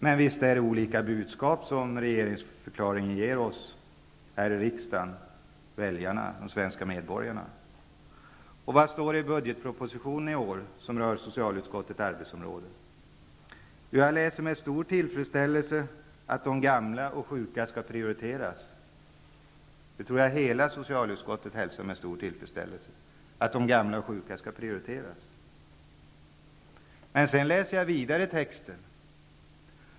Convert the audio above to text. Men visst ger regeringsförklaringen olika budskap -- till oss här i riksdagen, till väljarna, till de svenska medborgarna. Vad står det i budgetpropositionen i år som berör socialutskottets arbetsområde? Jag läser med stor tillfredsställelse att de gamla och sjuka skall prioriteras. Det tror jag hela socialutskottet hälsar med stor tillfredsställelse. Men sedan läser jag vidare i texten.